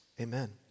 Amen